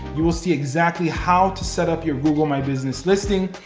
you will see exactly how to set up your google my business listing,